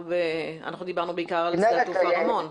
אנחנו דיברנו בעיקר על שדה התעופה רמון.